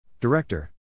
Director